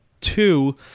two